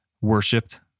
worshipped